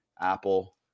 Apple